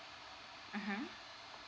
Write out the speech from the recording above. mmhmm